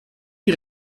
die